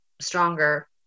stronger